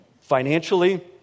financially